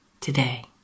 today